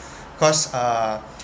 cause uh